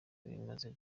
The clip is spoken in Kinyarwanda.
ibimaze